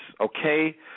okay